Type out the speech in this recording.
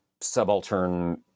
subaltern